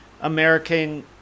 American